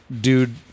dude